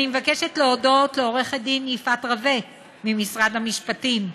אני מבקשת להודות לעורכת הדין יפעת רווחה ממשרד המשפטים,